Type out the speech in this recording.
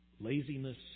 laziness